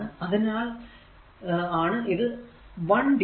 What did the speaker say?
അതിനാൽ ആണ് ഇത് 1 dt